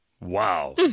Wow